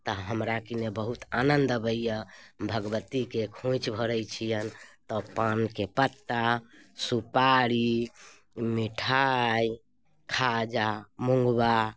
तऽ हमरा कि नहि बहुत आनन्द अबैए भगवतीके खोँइछ भरै छिअनि तऽ पानके पत्ता सुपारी मिठाइ खाजा मुँगबा